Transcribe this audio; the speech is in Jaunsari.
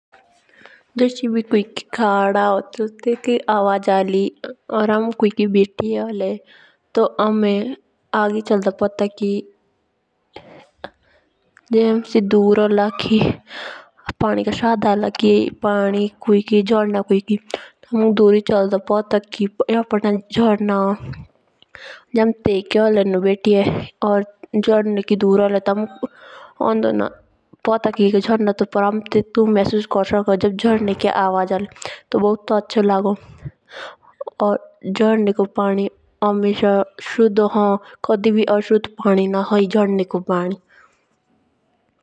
जूस एभी खड़ा होन टेटकी अवजो अली हमें कोईकी बेथिये होल। तो हमें अगियि चलदा पता कि हमें दोर होला पानी ता शाध होला। तो हमोक दुरी चालदा पोटा की एट पांडा झरना होन। जे हमें तैयके होले नू बेथिये झरने से डर होले तो हमुक होंदा ना पोता कि तैयके झरना होन।